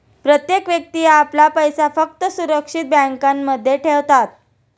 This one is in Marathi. प्रत्येक व्यक्ती आपला पैसा फक्त सुरक्षित बँकांमध्ये ठेवतात